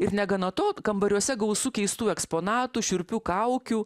ir negana to kambariuose gausu keistų eksponatų šiurpių kaukių